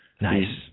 Nice